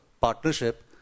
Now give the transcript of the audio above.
partnership